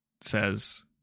says